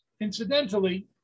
Incidentally